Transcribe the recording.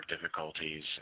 difficulties